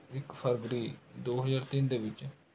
ਇੱਕ ਫਰਵਰੀ ਦੋ ਹਜ਼ਾਰ ਤਿੰਨ ਦੇ ਵਿੱਚ